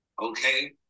Okay